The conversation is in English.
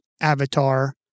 avatar